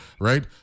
right